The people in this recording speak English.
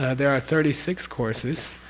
there are thirty six courses,